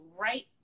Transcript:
right